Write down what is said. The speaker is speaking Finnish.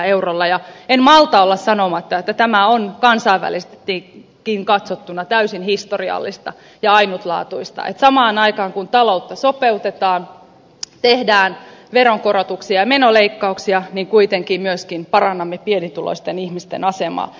ja en malta olla sanomatta että tämä on kansainvälisestikin katsottuna täysin historiallista ja ainutlaatuista että samaan aikaan kun taloutta sopeutetaan tehdään veronkorotuksia ja menoleikkauksia kuitenkin myöskin parannamme pienituloisten ihmisten asemaa